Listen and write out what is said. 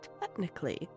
technically